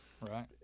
right